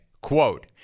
Quote